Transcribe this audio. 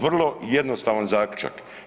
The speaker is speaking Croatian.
Vrlo jednostavan zaključak.